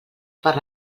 per